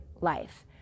life